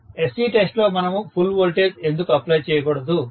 student SC test లో మనము full voltage ఎందుకు అప్లై చేయకూడదు